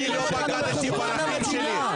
הלוואי שאלה יהיו הבעיות שלנו,